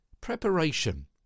Preparation